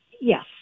yes